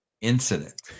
incident